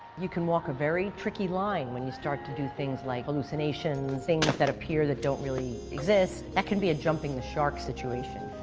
you can walk a very tricky line when you start to do things like hallucinations, things that appear that don't really exist. that can be a jumping the shark situation.